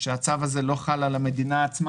אומר שהצו הזה לא חל על המדינה עצמה